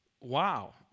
Wow